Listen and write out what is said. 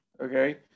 Okay